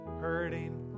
hurting